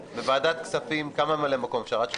לוועדת כספים כמה ממלאי מקום אפשר, עד שלושה?